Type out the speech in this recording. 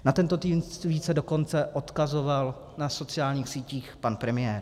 Na tento tweet se dokonce odkazoval na sociálních sítích pan premiér.